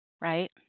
right